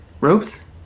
Ropes